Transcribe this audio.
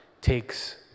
takes